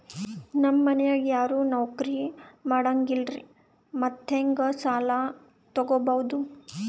ನಮ್ ಮನ್ಯಾಗ ಯಾರೂ ನೌಕ್ರಿ ಮಾಡಂಗಿಲ್ಲ್ರಿ ಮತ್ತೆಹೆಂಗ ಸಾಲಾ ತೊಗೊಬೌದು?